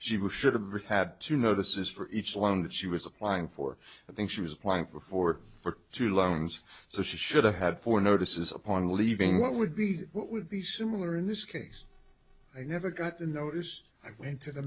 was should have been had to notices for each one that she was applying for i think she was applying for four for two loans so she should have had four notices upon leaving what would be what would be similar in this case i never got the notice i went to the